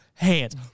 Hands